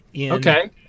Okay